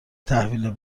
تحویل